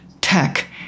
tech